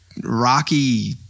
rocky